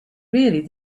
really